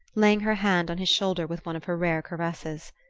laying her hand on his shoulder with one of her rare caresses.